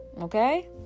Okay